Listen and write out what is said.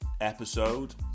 episode